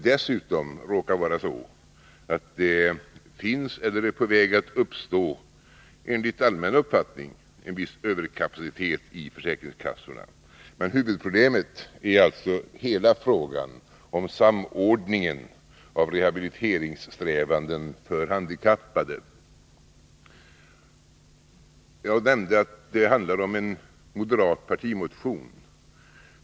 Dessutom råkar det, enligt allmän uppfattning, finnas eller vara på väg att uppstå en viss överkapacitet vid försäkringskassorna. Huvudproblemet är alltså hela frågan om samordningen av strävandena att rehabilitera handikappade. Jag nämnde att det handlar om en moderat partimotion.